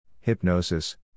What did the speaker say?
hypnosis